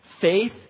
faith